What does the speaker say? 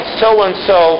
so-and-so